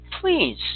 Please